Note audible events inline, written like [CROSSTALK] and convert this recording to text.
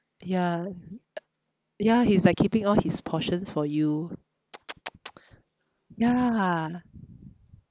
ya ya he's like keeping all his portions for you [NOISE] ya